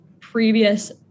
previous